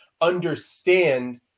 understand